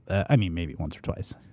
i mean, maybe once or twice.